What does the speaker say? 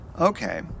Okay